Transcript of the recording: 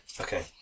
okay